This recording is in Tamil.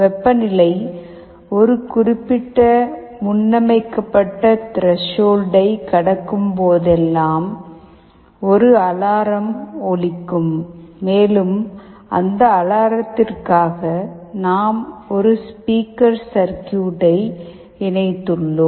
வெப்பநிலை ஒரு குறிப்பிட்ட முன்னமைக்கப்பட்ட திரேஷால்டை கடக்கும் போதெல்லாம் ஒரு அலாரம் ஒலிக்கும் மேலும் அந்த அலாரத்திற்காக நாம் ஒரு ஸ்பீக்கர் சர்க்யூட்டை இணைத்துளோம்